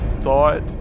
thought